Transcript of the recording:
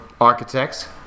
architects